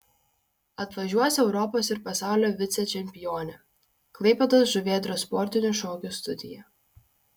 atvažiuos europos ir pasaulio vicečempionė klaipėdos žuvėdros sportinių šokių studija